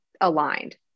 aligned